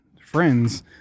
friends